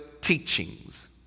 teachings